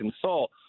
consult